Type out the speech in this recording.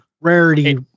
rarity